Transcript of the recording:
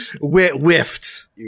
Whiffed